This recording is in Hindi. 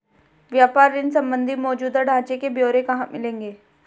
व्यापार ऋण संबंधी मौजूदा ढांचे के ब्यौरे कहाँ मिलेंगे?